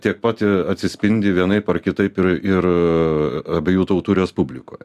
tiek pat atsispindi vienaip ar kitaip ir ir abiejų tautų respublikoj